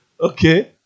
Okay